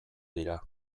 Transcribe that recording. dira